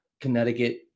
Connecticut